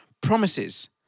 promises